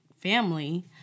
family